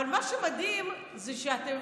אבל מה שמדהים הוא שאתם,